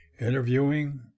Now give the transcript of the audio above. interviewing